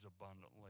abundantly